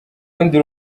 rundi